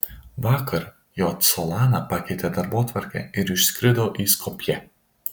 vakar j solana pakeitė darbotvarkę ir išskrido į skopję